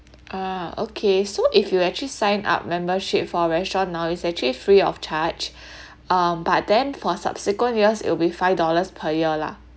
ah okay so if you actually sign up membership for our restaurant now it's actually free of charge um but then for subsequent years it'll be five dollars per year lah